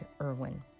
Irwin